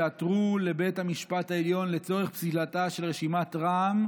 שעתרו לבית המשפט העליון לצורך פסילתה של רשימת רע"מ